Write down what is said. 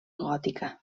gòtica